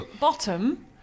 Bottom